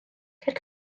ceir